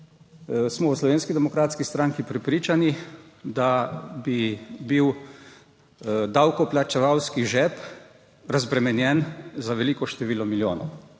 smo v Slovenski demokratski stranki prepričani, da bi bil davkoplačevalski žep razbremenjen za veliko število milijonov